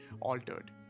altered